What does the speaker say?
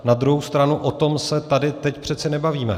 Na druhou stranu, o tom se tady teď přece nebavíme.